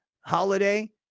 holiday